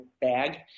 bag